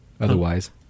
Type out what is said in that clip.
Otherwise